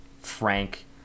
frank